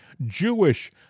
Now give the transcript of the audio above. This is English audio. Jewish